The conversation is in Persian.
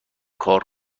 کار